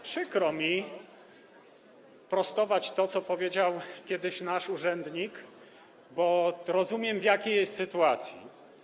Przykro mi prostować to, co powiedział kiedyś nasz urzędnik, bo rozumiem, w jakiej jest sytuacji.